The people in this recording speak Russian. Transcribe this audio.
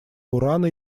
урана